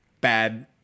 bad